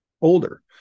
older